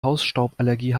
hausstauballergie